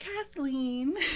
kathleen